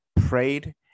prayed